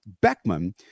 Beckman